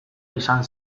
izan